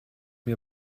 mir